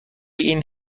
این